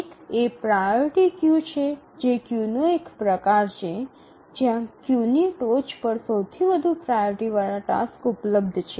એક એ priority queue છે જે ક્યૂનો એક પ્રકાર છે જ્યાં ક્યૂની ટોચ પર સૌથી વધુ પ્રાઓરિટી વાળા ટાસ્ક ઉપલબ્ધ છે